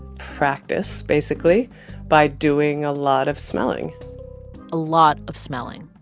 practice basically by doing a lot of smelling a lot of smelling.